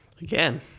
Again